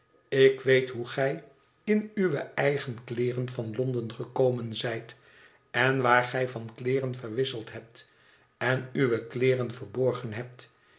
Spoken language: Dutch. ik weet hoe gij in uwe eigen kleeren van londen gekomen zijt en waar gij van kleeren verwisseld hebt en uwe kleeren verborgen hebt